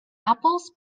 apples